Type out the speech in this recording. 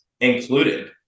included